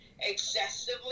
excessively